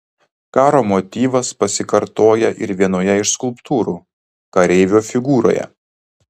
karo motyvas pasikartoja ir vienoje iš skulptūrų kareivio figūroje